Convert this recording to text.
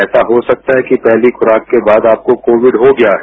ऐसा हो सकता है कि पहली खुराक के बाद आप को कोविड हो गया है